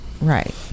right